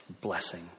blessing